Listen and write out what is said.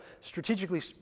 strategically